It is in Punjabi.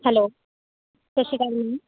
ਹੈਲੋ ਸਤਿ ਸ਼੍ਰੀ ਅਕਾਲ